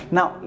Now